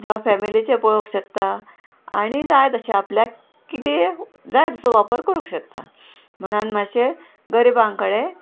जावं फॅमिलीचें पळोवंक शकता आणी जाय तशें आपल्याक किदेंय जाय तसो वापर करूंक शकता म्हणोन मातशें गरिबां कडे